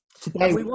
today